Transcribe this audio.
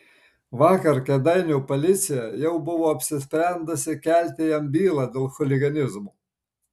vakar kėdainių policija jau buvo apsisprendusi kelti jam bylą dėl chuliganizmo